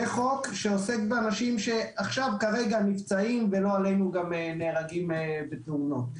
זה חוק שעוסק באנשים שעכשיו כרגע נפצעים ולא עלינו גם נהרגים בתאונות.